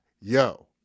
Yo